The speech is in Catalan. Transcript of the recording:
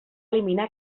eliminar